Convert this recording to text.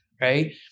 Right